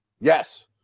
Yes